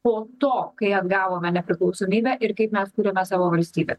po to kai atgavome nepriklausomybę ir kaip mes kuriame savo valstybę